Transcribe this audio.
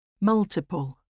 Multiple